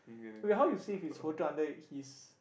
wait how you save his photo under his